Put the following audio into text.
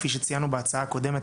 כפי שציינו בהצעה הקודמת,